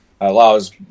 allows